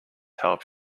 help